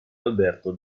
alberto